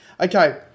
okay